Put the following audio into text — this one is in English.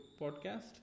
Podcast